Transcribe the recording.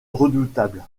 redoutable